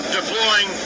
deploying